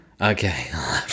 Okay